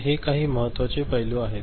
तर हे काही महत्त्वाचे पैलू आहेत